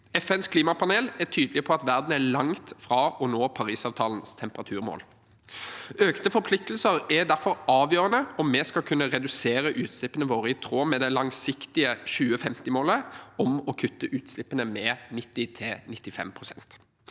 FNs klimapanel er tydelig på at verden er langt fra å nå Parisavtalens temperaturmål. Økte forpliktelser er derfor avgjørende om vi skal kunne redusere utslippene våre i tråd med det langsiktige 2050-målet om å kutte utslippene med 90–95